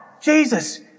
Jesus